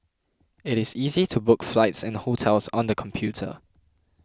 it is easy to book flights and hotels on the computer